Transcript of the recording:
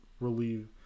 relieve